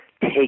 take